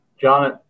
John